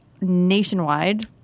nationwide